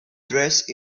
dressed